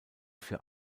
für